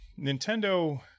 Nintendo